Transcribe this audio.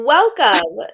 Welcome